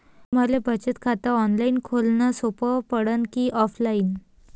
मले बचत खात ऑनलाईन खोलन सोपं पडन की ऑफलाईन?